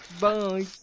Bye